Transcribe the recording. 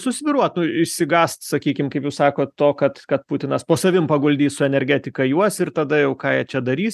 susvyruotų išsigąst sakykim kaip jūs sakot to kad kad putinas po savim paguldys su energetika juos ir tada jau ką jie čia darys